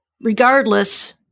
Regardless